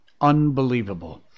Unbelievable